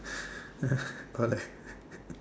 or like